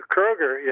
Kroger